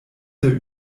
der